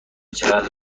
چقدر